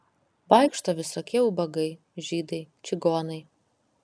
vaikšto visokie ubagai žydai čigonai